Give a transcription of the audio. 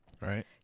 Right